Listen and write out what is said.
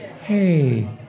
hey